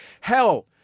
hell